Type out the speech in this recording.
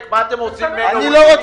אני לא מוכן שאתם --- ממתי אתה לא מוכן?